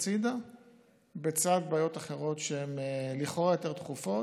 הצידה בצד בעיות אחרות שהן לכאורה יותר דחופות.